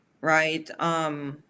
right